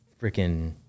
freaking